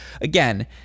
again